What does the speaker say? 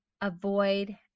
avoid